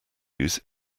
use